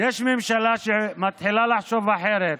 יש ממשלה שמתחילה לחשוב אחרת,